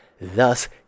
thus